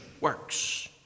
works